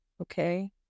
okay